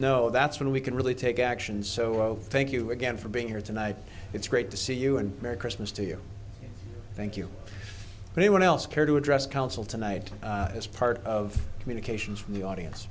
know that's when we can really take action so thank you again for being here tonight it's great to see you and merry christmas to you thank you anyone else care to address council tonight as part of communications from the audience